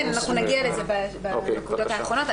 כן, אנחנו נגיע לזה בנקודות האחרונות.